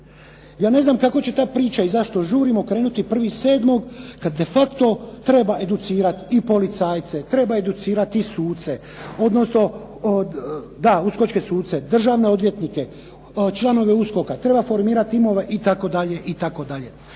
Ja ne znam kako će ta priča i zašto žurimo krenuti 1. 7. kada defacto treba educirati i policajce, treba educirati i suce odnosno da uskočke suce, državne odvjetnike, članove USKOK-a, treba formirat timove itd., itd.